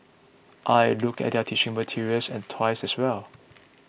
I looked at their teaching materials and toys as well